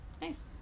Nice